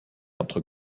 entre